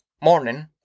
Morning